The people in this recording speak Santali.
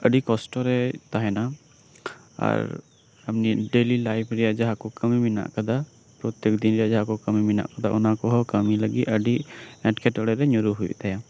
ᱟᱹᱰᱤ ᱠᱚᱥᱴᱚ ᱨᱮᱭ ᱛᱟᱦᱮᱸᱱᱟ ᱟᱨ ᱰᱮᱞᱤ ᱞᱟᱭᱤᱯ ᱨᱮ ᱡᱟᱦᱟᱸ ᱠᱚ ᱠᱟᱹᱢᱤ ᱢᱮᱱᱟᱜ ᱠᱟᱫᱟ ᱯᱨᱚᱛᱛᱮᱠ ᱫᱤᱱ ᱡᱟᱦᱟᱸ ᱠᱚ ᱠᱟᱹᱢᱤ ᱢᱮᱱᱟᱜ ᱠᱟᱫᱟ ᱚᱱᱟᱠᱚ ᱠᱟᱹᱢᱤ ᱞᱟᱹᱜᱤᱫ ᱦᱚᱸ ᱟᱹᱰᱤ ᱮᱴᱠᱮ ᱴᱚᱬᱮ ᱨᱮ ᱧᱩᱨᱦᱟᱹ ᱦᱩᱭᱩᱜ ᱛᱟᱭᱟ